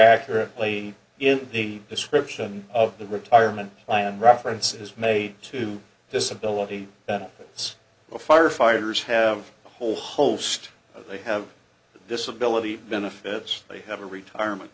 accurately in the description of the retirement plan reference is made to disability benefits firefighters have a whole host of they have disability benefits they have a retirement